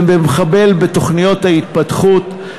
זה מחבל בתוכניות ההתפתחות,